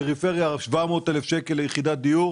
פריפריה 700,000 שקלים ליחידת דיור.